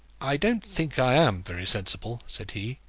i don't think i am very sensible, said he.